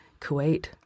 Kuwait